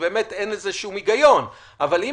אז באמת אין בזה שום היגיון.